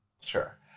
Sure